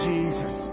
Jesus